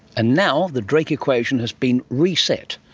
and now the drake equation has been reset.